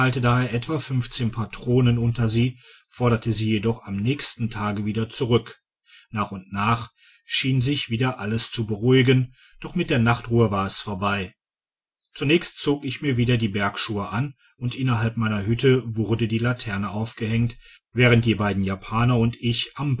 etwa patronen unter sie forderte sie jedoch am nächsten tage wieder zurück nach und nach schien sich wieder alles zu beruhigen doch mit der nachtruhe war es vorbei zunächst zog ich mir wieder die bergschuhe an und innerhalb meiner hütte wurde die laterne aufgehängt während die beiden japaner und ich